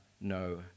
no